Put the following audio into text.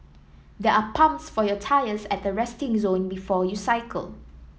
there are pumps for your tyres at the resting zone before you cycle